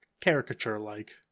caricature-like